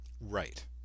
Right